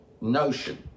notion